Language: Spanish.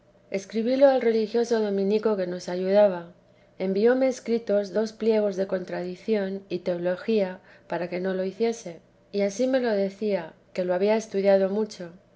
escribílo al religioso dominico que nos ayudaba envióme escritos dos pliegos de contradición y teología para que no lo hiciese y ansí me lo decía que lo había estudiado mucho